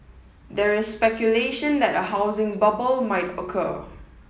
there is speculation that a housing bubble might occur